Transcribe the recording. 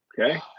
Okay